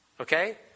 Okay